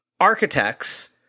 architects